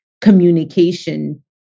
communication